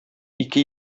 ике